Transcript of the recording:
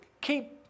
keep